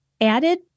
added